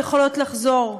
יכולות לחזור.